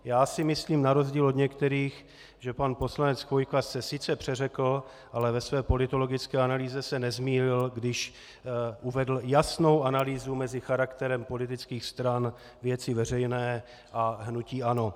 Já si myslím, na rozdíl od některých, že pan poslanec Chvojka se sice přeřekl, ale ve své politologické analýze se nezmýlil, když uvedl jasnou analýzu mezi charakterem politických stran Věci veřejné a hnutí ANO.